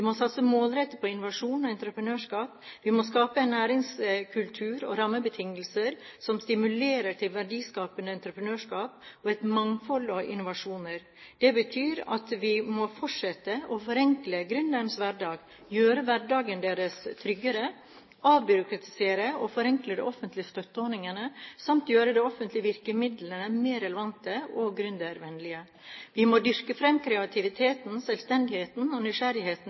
må skape en næringskultur og gi rammebetingelser som stimulerer til verdiskapende entreprenørskap og et mangfold av innovasjoner. Det betyr at vi må fortsette å forenkle gründernes hverdag, gjøre hverdagen deres tryggere, avbyråkratisere og forenkle de offentlige støtteordningene samt gjøre de offentlige virkemidlene mer relevante og gründervennlige. Vi må dyrke fram kreativiteten, selvstendigheten og